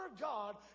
God